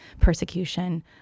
persecution